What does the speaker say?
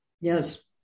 Yes